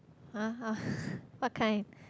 !huh! uh what kind